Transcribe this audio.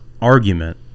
argument